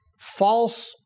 false